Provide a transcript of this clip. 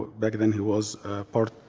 back then he was part,